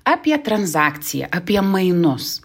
apie transakciją apie mainus